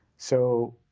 so